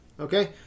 Okay